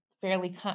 fairly